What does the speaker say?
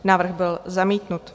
Návrh byl zamítnut.